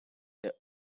the